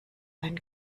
einen